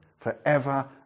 forever